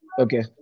Okay